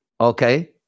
Okay